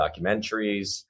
documentaries